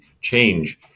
change